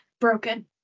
broken